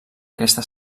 aquesta